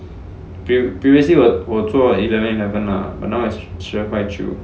pre~ previously 我做 eleven eleven lah but now is 十二块九